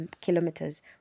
kilometers